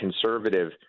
conservative